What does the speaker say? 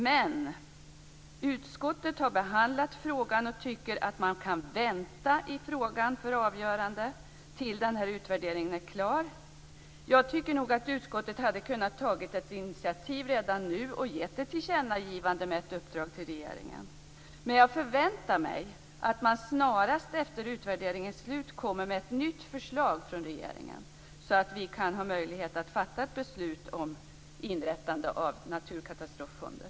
Men utskottet har behandlat frågan och tycker att man kan vänta med att avgöra frågan tills utvärderingen är klar. Jag tycker nog att utskottet redan nu skulle ha kunnat ta ett initiativ till ett tillkännagivande med ett uppdrag till regeringen. Men jag förväntar mig att regeringen snarast efter utvärderingens slut kommer med ett nytt förslag, så att vi kan ha möjlighet att fatta ett beslut om inrättande av naturkatastroffonder.